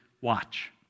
watch